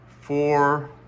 four